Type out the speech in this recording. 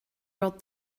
wrote